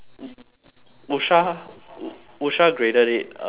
usha usha graded it a a B plus